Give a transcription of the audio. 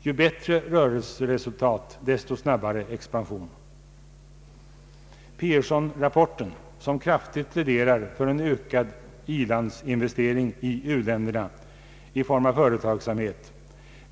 Ju bättre rörelseresultat desto snabbare expansion. Pearsonrapporten, som kraftigt pläderar för en ökad i-landsinvestering i u-länderna i form av företagsamhet,